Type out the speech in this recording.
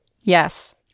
Yes